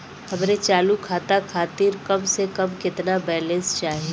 हमरे चालू खाता खातिर कम से कम केतना बैलैंस चाही?